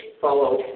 follow